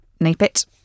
NAPIT